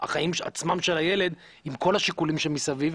החיים עצמם של הילד, עם כל השיקולים שמסביב.